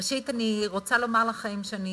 ראשית, אני רוצה לומר לכם שאני